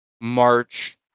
march